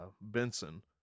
benson